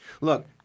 Look